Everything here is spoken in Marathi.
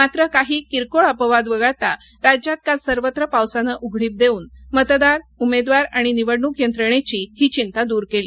मात्र काही किरकोळ अपवाद वगळता राज्यात काल सर्वत्र पावसानं उघडीप देऊन मतदार उमेदवार आणि निवडणूक यंत्रणेची ही चिंता दूर केली